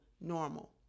normal